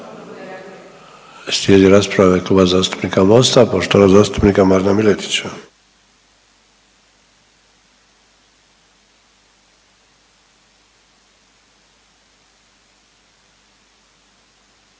Slijedi rasprava u ime Kluba zastupnika Mosta, poštovanog zastupnika Marina Miletića.